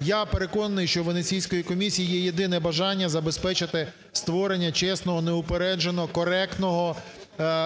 Я переконаний, що у Венеційської комісії є єдине бажання – забезпечити створення чесного, неупередженого, коректного,